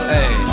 Hey